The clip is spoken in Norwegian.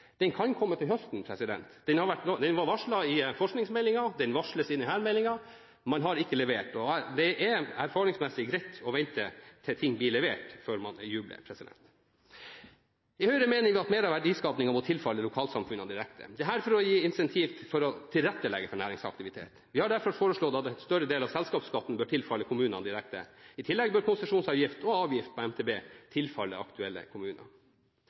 Den kan komme til høsten. Den var varslet i forskningsmeldingen og den varsles i denne meldingen, men man har ikke levert. Det er erfaringsmessig greit å vente til ting blir levert før man jubler. I Høyre mener vi at mer av verdiskapningen må tilfalle lokalsamfunnene direkte. Dette for å gi incentiv til å tilrettelegge for næringsaktivitet. Vi har derfor foreslått at en større del av selskapsskatten bør tilfalle kommunene direkte. I tillegg bør konsesjonsavgift og avgift på MTB tilfalle aktuelle kommuner.